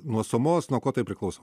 nuo sumos nuo ko tai priklauso